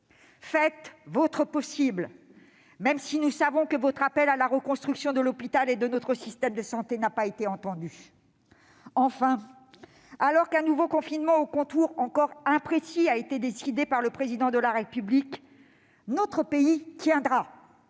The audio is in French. faites votre possible, même si nous savons que votre appel à la reconstruction de l'hôpital et de notre système de santé n'a pas été entendu. Enfin, alors qu'un nouveau confinement aux contours imprécis a été décidé par le Président de la République, notre pays tiendra.